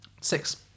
Six